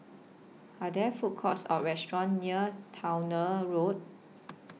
Are There Food Courts Or restaurants near Towner Road